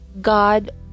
God